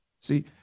See